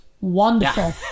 wonderful